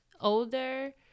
older